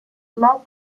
low